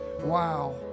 Wow